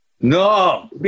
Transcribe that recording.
No